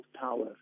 power